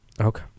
Okay